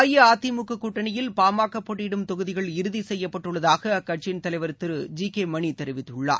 அஇஅதிமுககூட்டணியில் பா போட்டயிடும் கொகுதிகள் ம க இறுதிசெய்யப்பட்டுள்ளதாகஅக்கட்சியின் தலைவர் திரு ஜி கேமணிதெரிவித்துள்ளார்